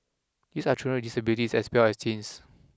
these are children disabilities as well as teens